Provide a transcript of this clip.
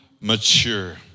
mature